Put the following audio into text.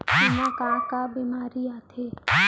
एमा का का बेमारी आथे?